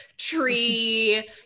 tree